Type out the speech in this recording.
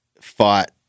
fought